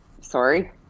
Sorry